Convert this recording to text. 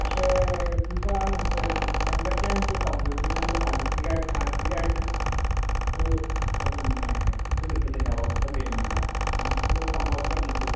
പക്ഷേ എന്താണ് ഇപ്പം എൻ എന്തൊക്കെയാണ് എനിക്ക് സംഭവിക്കുന്നേന്നുള്ളത് മാനസ്സികമായിട്ട് മാനസ്സികമായിട്ട് ഒരു ഉന്നെ ഇത് കിട്ടുന്നില്ല ഉറക്കം വരണില്ല ഇങ്ങനൊക്കെയുള്ളൊരു സംഭവത്തിലാണ് നിൽക്കുന്നത്